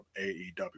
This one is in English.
AEW